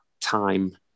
time